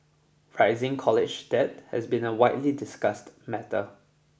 rising college debt has been a widely discussed matter